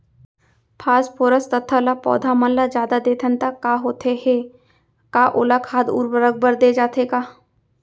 Phosphorus तथा ल पौधा मन ल जादा देथन त का होथे हे, का ओला खाद उर्वरक बर दे जाथे का?